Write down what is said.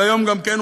וגם כן,